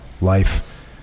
life